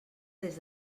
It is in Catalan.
des